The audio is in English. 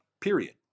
period